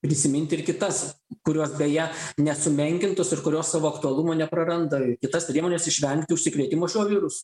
prisimint ir kitas kurios beje nesumenkintos ir kurios savo aktualumo nepraranda ir kitas priemones išvengti užsikrėtimo šiuo virusu